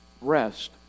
rest